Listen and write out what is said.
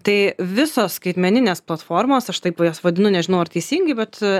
tai visos skaitmeninės platformos aš taip va jas vadinu nežinau ar teisingai bet